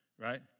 right